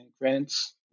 grants